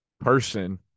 person